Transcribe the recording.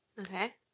Okay